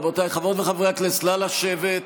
רבותיי, חברות וחברי הכנסת, נא לשבת.